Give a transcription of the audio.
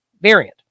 variant